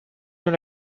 dans